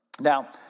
Now